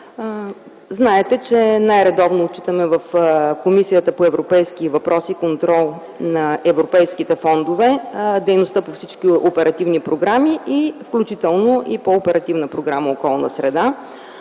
знаете, че най-редовно отчитаме в Комисията по европейски въпроси и контрол на европейските фондове дейността по всички оперативни програми, включително и по Оперативна програма „Околна среда”.